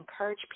encourage